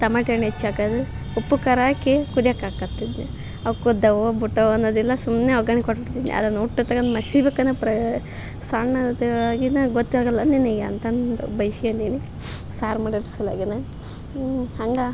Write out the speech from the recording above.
ತಮಾಟೆ ಹಣ್ಣು ಹೆಚ್ಚಿ ಹಾಕೋದು ಉಪ್ಪು ಖಾರ ಹಾಕಿ ಕುದಿಯಾಕ್ಕೆ ಹಾಕತಿದ್ದೆ ಅವು ಕುದ್ದವೋ ಬುಟ್ಟವೋ ಅನ್ನೋದಿಲ್ಲ ಸುಮ್ಮನೆ ಒಗ್ಗರ ಕೊಟ್ಬಿಡ್ತಿದ್ದು ಯಾರು ನೋಟ್ ತಕಂಡು ಮಸಿ ಬೇಕನ್ ಪ್ರ ಸಾಣದ್ ಗೊತ್ತ್ಯಾಗಲ್ಲ ನಿನಗೆ ಅಂತಂದು ಬೈಸ್ಕಂಡೀನಿ ಸಾರು ಮಾಡೋ ಸಲ್ವಾಗನು ಹಾಗ